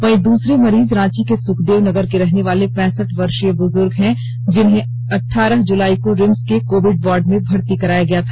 वहीं दूसरे मरीज रांची के सुखदेव नगर के रहने वाले पैंसठ वर्षीय बुजुर्ग हैं जिनहें अठारह जुलाई को रिम्स के कोविड वार्ड में भर्ती करया गया था